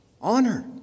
Honor